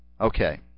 Okay